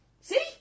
See